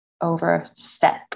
overstep